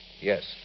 Yes